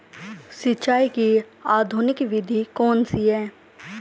सिंचाई की आधुनिक विधि कौन सी है?